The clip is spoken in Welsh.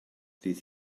fydd